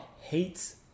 hates